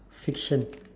fiction